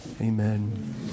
Amen